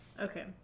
okay